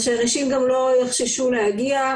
אז שאנשים לא יחששו להגיע,